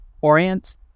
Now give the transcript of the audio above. orient